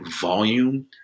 volume